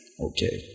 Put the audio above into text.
Okay